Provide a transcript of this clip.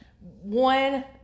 one